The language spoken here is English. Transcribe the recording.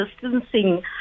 distancing